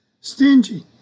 Stingy